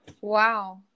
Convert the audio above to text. Wow